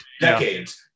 decades